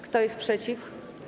Kto jest przeciw?